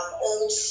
old